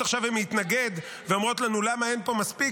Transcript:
עכשיו להתנגד ואומרת לנו: למה אין פה מספיק?